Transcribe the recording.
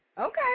Okay